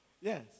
Yes